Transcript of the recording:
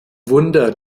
wunder